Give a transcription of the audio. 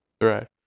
Right